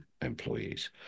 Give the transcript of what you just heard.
employees